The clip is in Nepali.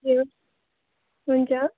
ए हु हुन्छ